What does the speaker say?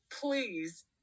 please